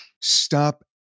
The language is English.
stop